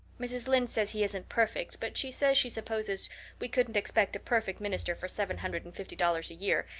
mrs. lynde says he isn't perfect, but she says she supposes we couldn't expect a perfect minister for seven hundred and fifty dollars a year,